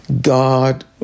God